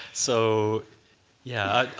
so yeah,